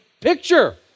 picture